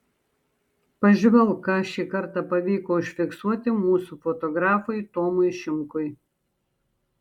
pažvelk ką šį kartą pavyko užfiksuoti mūsų fotografui tomui šimkui